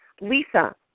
Lisa